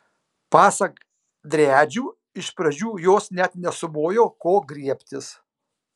pasak driadžių iš pradžių jos net nesumojo ko griebtis